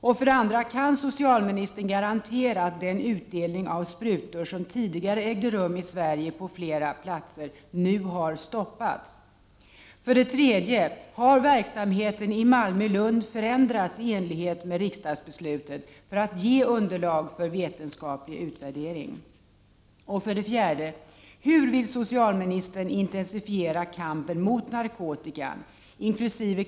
Kan socialministern för det andra garantera att den utdelning av sprutor som tidigare har ägt rum i Sverige på flera platser nu har stoppats? Har för det tredje verksamheten i Malmö och Lund förändrats i enlighet med riksdagsbeslutet för att ge underlag för en vetenskaplig utvärdering? Hur vill socialministern för det fjärde intensifiera kampen mot narkotika, inkl.